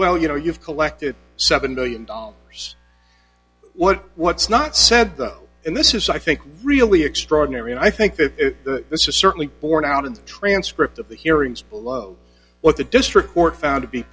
well you know you've collected seven billion dollars what what's not said though and this is i think really extraordinary and i think that this is certainly borne out in the transcript of the hearings below what the district court found to be